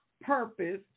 purpose